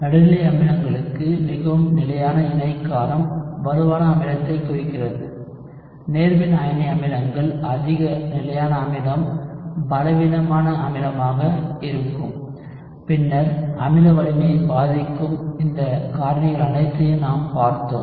நடுநிலை அமிலங்களுக்கு மிகவும் நிலையான இணை காரம் வலுவான அமிலத்தைக் குறிக்கிறது நேர்மின் அயனி அமிலங்கள் அதிக நிலையான அமிலம் பலவீனமான அமிலமாக இருக்கும் பின்னர் அமில வலிமையை பாதிக்கும் இந்த காரணிகள் அனைத்தையும் நாம் பார்த்தோம்